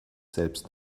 selbst